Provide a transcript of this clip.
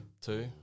two